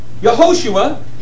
Yehoshua